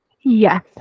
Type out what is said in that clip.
Yes